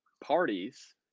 parties